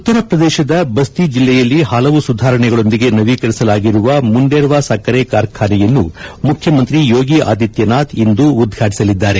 ಉತ್ತರ ಪ್ರದೇಶದ ಬಸ್ತಿ ಜಿಲ್ಲೆಯಲ್ಲಿ ಹಲವು ಸುಧಾರಣೆಗಳೊಂದಿಗೆ ನವೀಕರಿಸಲಾಗಿರುವ ಮುಂಡೇರ್ವ ಸಕ್ಕರೆ ಕಾರ್ಖಾನೆಯನ್ನು ಮುಖ್ಯಮಂತ್ರಿ ಯೋಗಿ ಆದಿತ್ಯನಾಥ್ ಇಂದು ಉದ್ಘಾಟಿಸಲಿದ್ದಾರೆ